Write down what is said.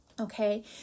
Okay